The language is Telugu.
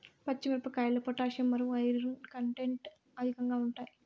పచ్చి మిరపకాయల్లో పొటాషియం మరియు ఐరన్ కంటెంట్ అధికంగా ఉంటాయి